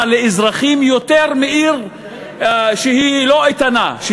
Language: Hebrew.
לאזרחים יותר מלראש מועצה בעיר שהיא לא איתנה,